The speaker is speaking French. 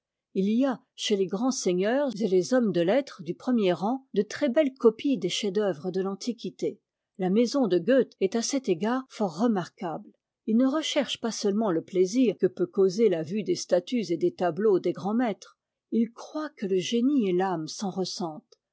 il y a chei les grands seigneurs et les hommes de lettres du premier rang de très'be es copies des chefs-d'œuvre de l'antiquité la maison de goethe est à cet égard fort remarquable il ne recherche pas seulement le plaisir que peut causer la vue des statues et des tableaux des grands maîtres i croit que e génie et l'âme s'en ressentent